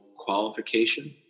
qualification